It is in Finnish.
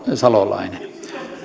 salolainen